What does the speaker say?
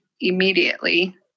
immediately